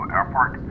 Airport